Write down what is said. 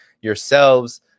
yourselves